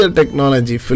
technology